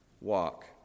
walk